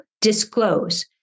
disclose